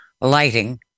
lighting